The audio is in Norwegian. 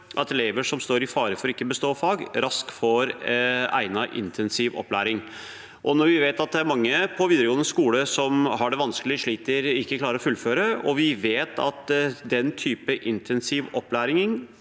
at elever som står i fare for ikke å bestå fag, raskt får egnet intensiv opplæring. Når vi vet at det er mange på videregående skole som har det vanskelig, sliter og ikke klarer å fullføre, og vi vet at den typen intensiv opplæring